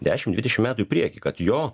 dešimt dvidešimt metų į priekį kad jo